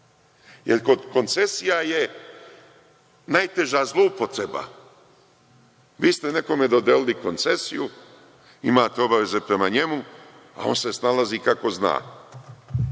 Kod koncesija je najteža zloupotreba. Vi ste nekome dodelili koncesiju, imate obaveze prema njemu, a on se snalazi kako zna.